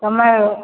तो मैं ओ